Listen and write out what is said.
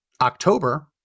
October